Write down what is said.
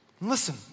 Listen